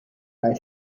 bei